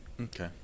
Okay